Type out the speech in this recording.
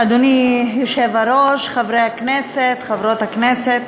היושב-ראש, חברי הכנסת, חברות הכנסת,